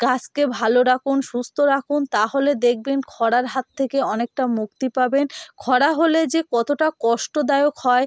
গাছকে ভালো রাখুন সুস্থ রাখুন তাহলে দেখবেন খরার হাত থেকে অনেকটা মুক্তি পাবেন খরা হলে যে কতটা কষ্টদায়ক হয়